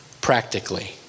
practically